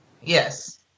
Yes